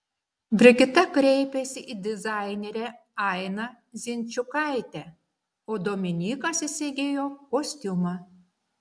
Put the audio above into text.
brigita kreipėsi į dizainerę ainą zinčiukaitę o dominykas įsigijo kostiumą